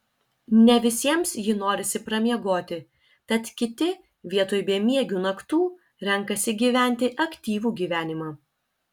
ne visiems jį norisi pramiegoti tad kiti vietoj bemiegių naktų renkasi gyventi aktyvų gyvenimą